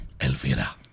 Elvira